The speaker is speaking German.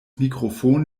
mikrofon